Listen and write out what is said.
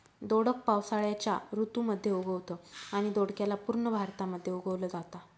दोडक पावसाळ्याच्या ऋतू मध्ये उगवतं आणि दोडक्याला पूर्ण भारतामध्ये उगवल जाता